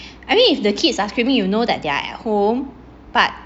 I mean if the kids are screaming you know that they are at home but